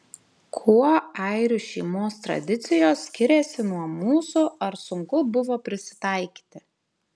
kuo airių šeimos tradicijos skiriasi nuo mūsų ar sunku buvo prisitaikyti